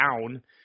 down